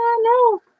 no